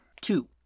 Two